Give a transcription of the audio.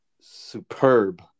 superb